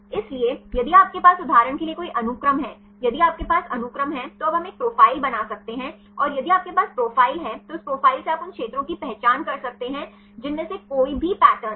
इसलिए यदि आपके पास उदाहरण के लिए कोई अनुक्रम है यदि हमारे पास अनुक्रम है तो अब हम एक प्रोफ़ाइल बना सकते हैं और यदि आपके पास प्रोफ़ाइल है तो उस प्रोफ़ाइल से आप उन क्षेत्रों की पहचान कर सकते हैं जिनमें से कोई भी पैटर्न है